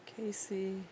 Casey